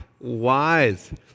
Wise